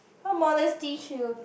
what modesty shoe